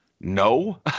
no